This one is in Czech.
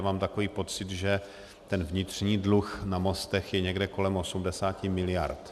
Mám takový pocit, že ten vnitřní dluh na mostech je někde kolem 80 miliard.